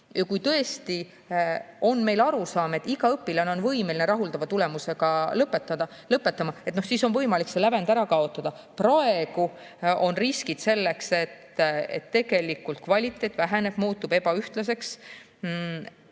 Kui meil tõesti on arusaam, et iga õpilane on võimeline rahuldava tulemusega lõpetama, siis on võimalik see lävend ära kaotada. Praegu on riskid, et kvaliteet väheneb, muutub ebaühtlaseks.